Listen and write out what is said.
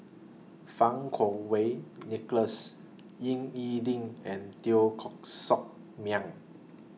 Fang Kuo Wei Nicholas Ying E Ding and Teo Koh Sock Miang